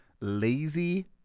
Lazy